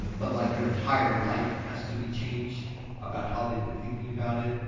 but like their entire life has to be changed about how they've been thinking about it.